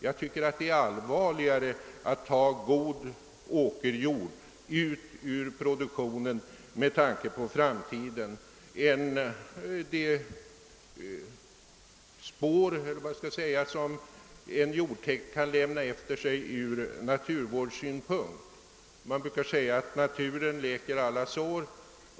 Med tanke på framtiden är det allvarligare att ta god åkerjord ut ur produktionen än att få de ur naturvårdssynpunkt beklagliga spår som en jordtäkt kan lämna efter sig. Man brukar säga att naturen läker alla sår.